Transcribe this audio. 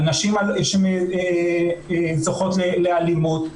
על נשים שזוכות לאלימות,